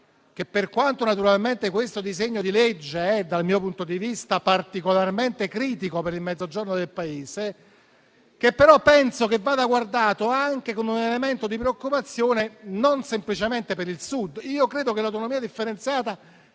che, per quanto questo disegno di legge è dal mio punto di vista particolarmente critico per il Mezzogiorno del Paese, penso vada guardato anche con un elemento di preoccupazione non semplicemente per il Sud. Credo infatti che l'autonomia differenziata